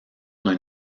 d’un